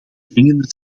dringende